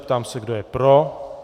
Ptám se, kdo je pro.